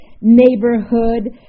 neighborhood